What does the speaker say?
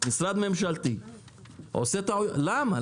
משרד ממשלתי עושה טעויות, למה?